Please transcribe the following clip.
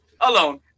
alone